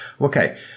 okay